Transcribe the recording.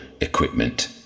equipment